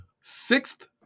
Sixth